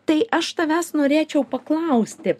tai aš tavęs norėčiau paklausti